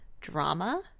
drama